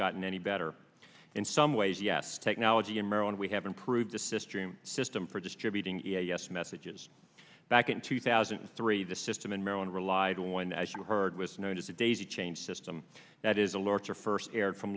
gotten any better in some ways yes technology in maryland we have improved assist dream system for distributing yes messages back in two thousand and three the system in maryland relied one as you heard was known as a daisy chain system that is alerts are first aired from